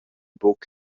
buc